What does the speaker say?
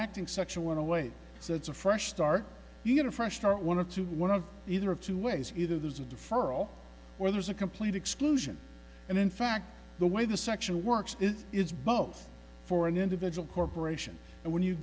acting sexual in a way so it's a fresh start you get a fresh start one of two to one of either of two ways either there's a deferral or there's a complete exclusion and in fact the way the sexual works is is both for an individual corporation and when you